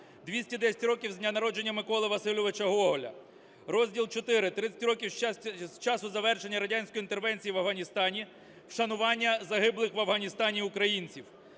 210 років з дня народження Миколи Васильовича Гоголя." Розділ ІV: "30 років з часу завершення радянської інтервенції в Афганістані, вшанування загиблих в Афганістані українців."